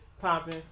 popping